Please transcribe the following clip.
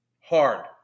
hard